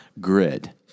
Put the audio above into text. grid